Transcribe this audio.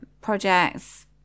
projects